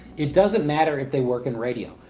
it doesn't matter if they work in radio,